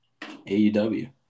AEW